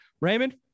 Raymond